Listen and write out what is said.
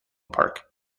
park